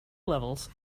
levels